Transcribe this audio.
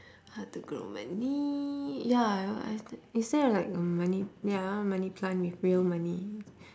how to grow money ya i~ is there like a money ya money plant with real money